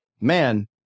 man